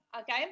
okay